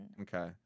Okay